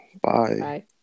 Bye